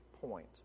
point